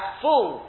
full